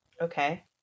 Okay